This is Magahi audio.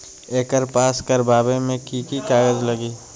एकर पास करवावे मे की की कागज लगी?